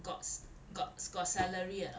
go~ go~ got salary or not